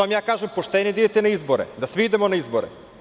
Zato vam kažem, poštenije je da idete na izbore, da svi idemo na izbore.